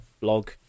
blog